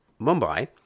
Mumbai